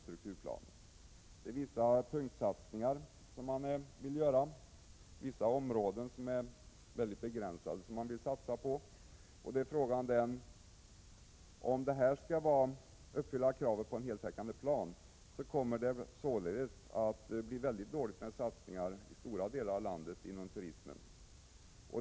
Man vill göra vissa punktsatsningar och satsa på vissa, mycket begränsade områden. Om detta skall vara en heltäckande plan kommer det att bli mycket dåligt med satsningar på turismen i stora delar av landet.